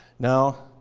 now,